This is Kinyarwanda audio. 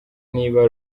niba